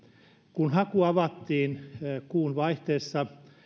kun haku avattiin kuun vaihteessa